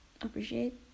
appreciate